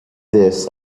this